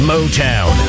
Motown